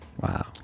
Wow